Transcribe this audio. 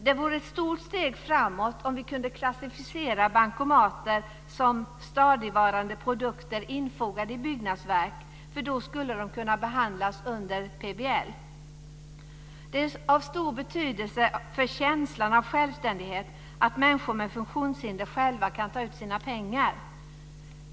Det vore ett stort steg framåt om vi kunde klassificera bankomater som "stadigvarande produkter infogade i byggnadsverk", för då skulle de kunna behandlas under PBL. Det är av stor betydelse för känslan av självständighet att människor med funktionshinder själva kan ta ut sina pengar.